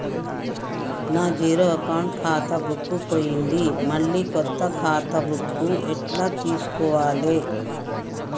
నా zero account ఖాతా book పోయింది మళ్ళా కొత్త ఖాతా బుక్కు ఎట్ల తీసుకోవాలే?